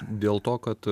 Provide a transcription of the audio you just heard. dėl to kad